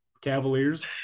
Cavaliers